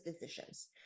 decisions